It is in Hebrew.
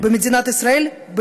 במדינת ישראל,